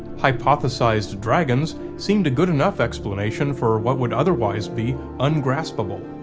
hypothesized dragons seemed a good enough explanation for what would otherwise be ungraspable.